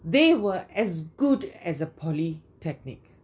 they were as good as a polytechnic